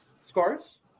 Scores